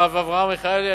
הרב אברהם מיכאלי,